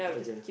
okay